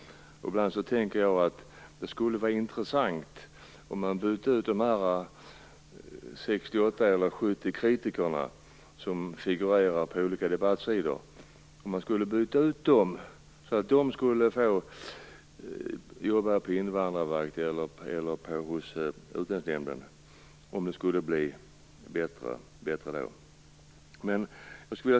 Ibland tänker jag att det skulle vara intressant om man bytte ut dessa 68 eller 70 kritiker som figurerar på olika debattsidor, och att de skulle få jobba hos Invandrarverket eller Utlänningsnämnden, och sedan se om det skulle bli bättre då.